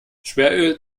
schweröl